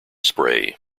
spray